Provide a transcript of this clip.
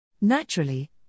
Naturally